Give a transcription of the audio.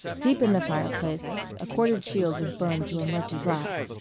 deep in the fireplace a quartered shield was burned to a murky black.